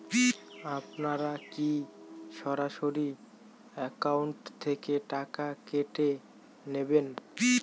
আপনারা কী সরাসরি একাউন্ট থেকে টাকা কেটে নেবেন?